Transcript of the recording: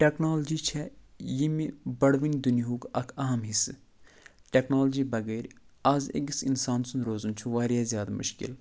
technology چھےٚ ییٚمہِ بَڑؤنۍ دُنیاہُک اَکھ اہم حصہٕ ٹیکنالجی بغٲر آز أکِس اِنسان سُنٛد روزُن چھُ واریاہ زیادٕ مُشکِل